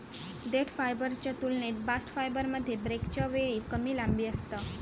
देठ फायबरच्या तुलनेत बास्ट फायबरमध्ये ब्रेकच्या वेळी कमी लांबी असता